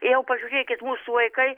jau pažiūrėkit mūsų vaikai